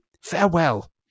Farewell